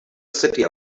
city